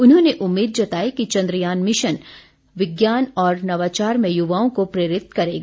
उन्होंने उम्मीद जताई कि चंद्रयान मिशन विज्ञान और नवाचार में युवाओं को प्रेरित करेगा